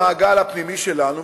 במעגל הפנימי שלנו,